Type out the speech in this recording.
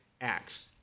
acts